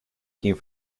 came